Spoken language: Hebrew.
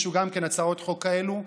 שהגישו גם הם הצעות חוק כאלה.